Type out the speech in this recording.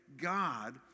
God